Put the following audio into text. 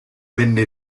venne